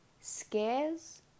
scares